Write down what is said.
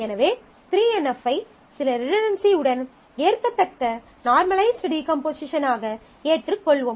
எனவே 3 NF ஐ சில ரிடன்டன்சி உடன் ஏற்கத்தக்க நார்மலைஸ்ட் டீகம்போசிஷன் ஆக ஏற்றுக்கொள்வோம்